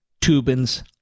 Tubin's